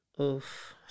Oof